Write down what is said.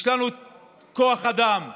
יש לנו כוח אדם צעיר,